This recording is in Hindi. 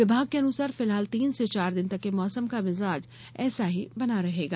विभाग के अनुसार फिलहाल तीन से चार दिन तक मौसम का मिजाज ऐसा ही बना रहेगा